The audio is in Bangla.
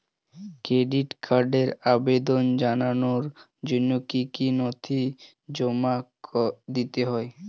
ক্রেডিট কার্ডের আবেদন জানানোর জন্য কী কী নথি জমা দিতে হবে?